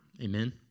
Amen